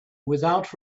without